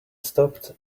stopped